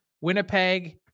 Winnipeg